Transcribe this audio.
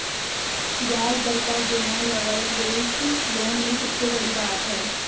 ब्याज दर का गिरना लवरेज्ड लोन में सबसे बड़ी बात है